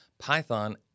Python